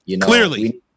Clearly